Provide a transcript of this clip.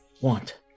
want